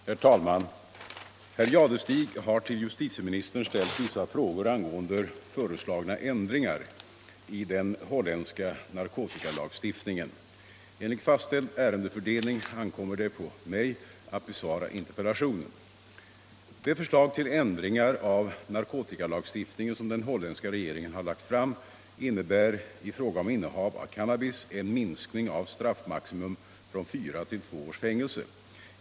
Herr talman! Herr Jadestig har till justitieministern ställt vissa frågor angående föreslagna ändringar i den holländska narkotikalagstiftningen. Enligt fastställd ärendefördelning ankommer det på mig att besvara interpellationen. Det förslag till ändringar av narkotikalagstiftningen som den holländska regeringen har lagt fram innebär i fråga om innehav av cannabis en minskning av straffmaximum från fyra till två års fängelse.